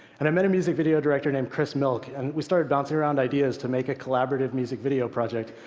and i met a music video director named chris milk. and we started bouncing around ideas to make a collaborative music video project.